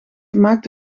gemaakt